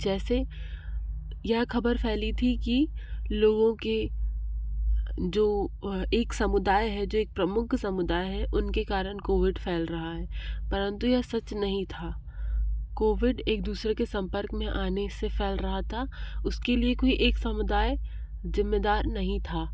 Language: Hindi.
जैसे यह खबर फैली थी कि लोगों के जो एक समुदाय है जो एक प्रमुख समुदाय है उनके कारण कॉविड फैल रहा है परंतु यह सच नहीं था कॉविड एक दूसरे के संपर्क में आने से फैल रहा था उसके लिए कोई एक समुदाय ज़िम्मेदार नहीं था